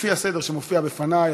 לפי הסדר שמופיע בפני,